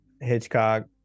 Hitchcock